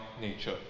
nature